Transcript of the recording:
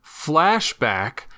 Flashback